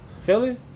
Philly